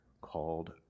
called